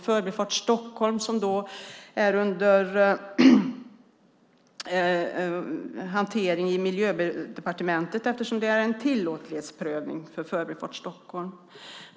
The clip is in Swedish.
Förbifart Stockholm är under hantering i Miljödepartementet eftersom det pågår en tillåtlighetsprövning.